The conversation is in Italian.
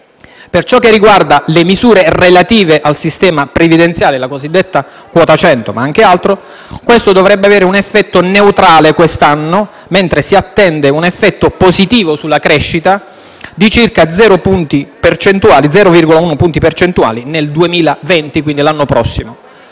Per ciò che riguarda le misure relative al sistema previdenziale (la cosiddetta quota 100, ma anche altro) dovrebbero avere un effetto neutrale quest'anno, mentre si attende un effetto positivo sulla crescita di circa 0,1 punti percentuali nel 2020. Anche le maggiori